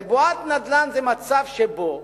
הרי בועת נדל"ן זה מצב שבו